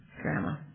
Grandma